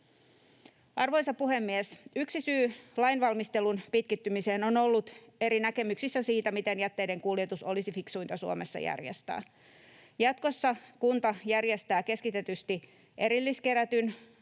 Arvoisa puhemies! Yksi syy lainvalmistelun pitkittymiseen on ollut eri näkemyksissä siitä, miten jätteiden kuljetus olisi fiksuinta Suomessa järjestää. Jatkossa kunta järjestää keskitetysti erilliskerätyn